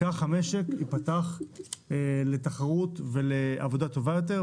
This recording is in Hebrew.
כך המשק ייפתח לתחרות ולעבודה טובה יותר.